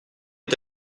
est